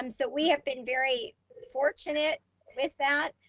um so we have been very fortunate with that.